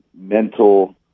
mental